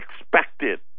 expected